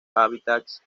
hábitats